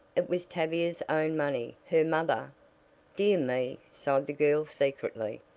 it was tavia's own money. her mother dear me! sighed the girl secretly.